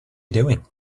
doing